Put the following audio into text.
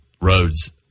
roads